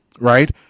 right